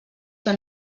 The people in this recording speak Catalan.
que